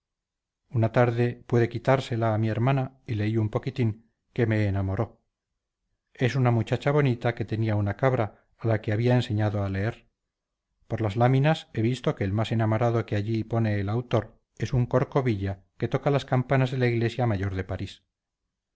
una tarde pude quitársela a mi ermana y leí un poquitín que me enamoró es una muchacha bonita que tenía una cabra a la que abía enseñado a leer por las láminas e visto que el más enamorado que allí pone el autor es un corcovilla que toca las campanas de la iglesia mayor de parís